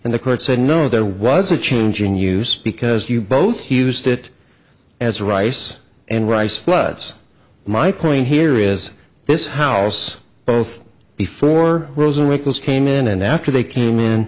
and the court said no there was a change in use because you both he used it as rice and rice floods my point here is this house both before rosenwinkel came in and after they came in